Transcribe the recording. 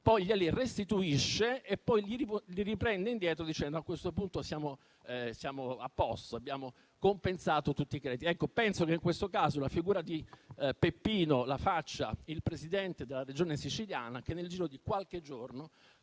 glieli restituisce e poi li riprende indietro dicendo: a questo punto siamo a posto, abbiamo compensato tutti i crediti. In questo caso, la figura di Totò la fa il Presidente della Regione siciliana, che, nel giro di qualche giorno,